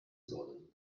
sollen